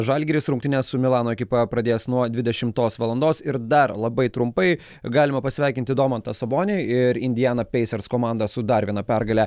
žalgiris rungtynes su milano ekipa pradės nuo dvidešimtos valandos ir dar labai trumpai galima pasveikinti domantą sabonį ir indiana pacers komandą su dar viena pergalę